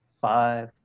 Five